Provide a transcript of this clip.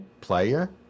Player